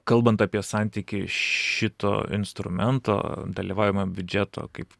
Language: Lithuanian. kalbant apie santykį šito instrumento dalyvavimą biudžeto kaip